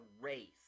race